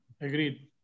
Agreed